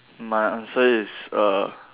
my answer is err